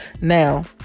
now